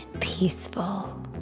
peaceful